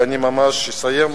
אני אסיים.